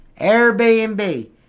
Airbnb